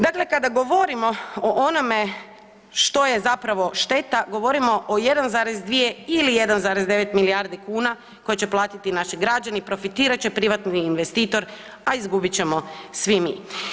Dakle, kada govorimo o onome što je zapravo šteta, govorimo o 1,2 ili 1,9 milijardi kuna koje će platiti naši građani, profitirat će privatni investitor, a izgubit ćemo svi mi.